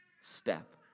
step